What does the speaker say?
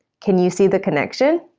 can you see the connection?